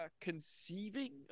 conceiving